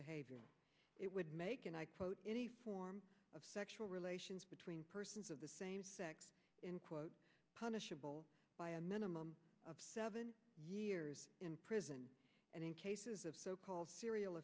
behavior it would make any form of sexual relations between persons of the same sex in quote punishable by a minimum of seven years in prison and in cases of so called serial